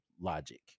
logic